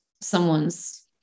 someone's